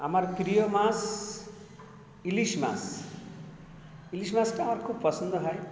আমার প্রিয় মাছ ইলিশ মাছ ইলিশ মাছটা আমার খুব পছন্দ হয়